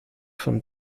von